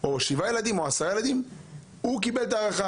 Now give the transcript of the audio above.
או 7 ילדים קיבל הארכה.